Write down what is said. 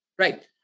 Right